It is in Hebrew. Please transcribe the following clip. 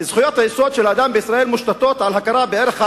"זכויות היסוד של האדם בישראל מושתתות על הכרה בערך האדם,